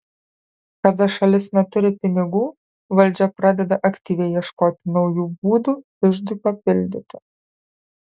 kada šalis neturi pinigų valdžia pradeda aktyviai ieškoti naujų būdų iždui papildyti